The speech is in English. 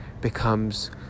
becomes